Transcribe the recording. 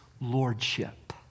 Lordship